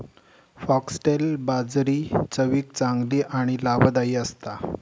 foxtail बाजरी चवीक चांगली आणि लाभदायी असता